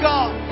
God